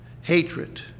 hatred